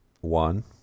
One